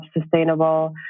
sustainable